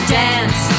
dance